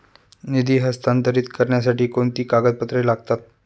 निधी हस्तांतरित करण्यासाठी कोणती कागदपत्रे लागतात?